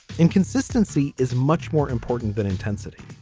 inconsistency is much more important than intensity.